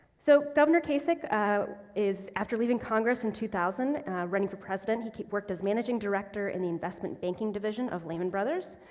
so, governor kasich is after leaving congress in two thousand and running for president he worked as managing director in the investment banking division of lehman brothers.